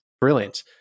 brilliant